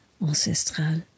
ancestrale